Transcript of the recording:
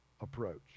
approach